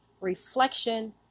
reflection